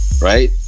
right